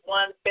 one